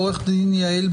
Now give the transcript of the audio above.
עידו,